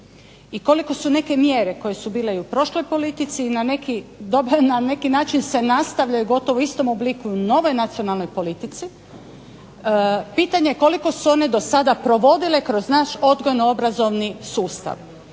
i koliko su neke mjere koje su bile i u prošloj politici na neki način se nastavljaju gotovo u istom obliku u novoj nacionalnoj politici. Pitanje je koliko su se one do sada provodile kroz naš odgojno-obrazovni sustav.